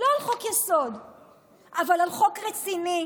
אבל על חוק רציני,